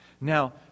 Now